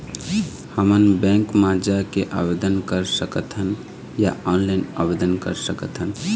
हमन बैंक मा जाके आवेदन कर सकथन या ऑनलाइन आवेदन कर सकथन?